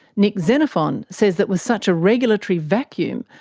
nick xenophon says that with such a regulatory vacuum,